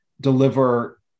deliver